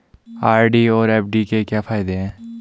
RD और FD के क्या क्या फायदे हैं?